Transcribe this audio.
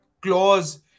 clause